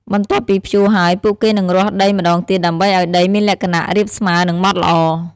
បន្ទាប់ពីភ្ជួរហើយ ពួកគេនឹងរាស់ដីម្តងទៀតដើម្បីឱ្យដីមានលក្ខណៈរាបស្មើនិងម៉ដ្ឋល្អ។